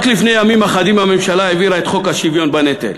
רק לפני ימים אחדים הממשלה העבירה את חוק השוויון בנטל,